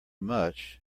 much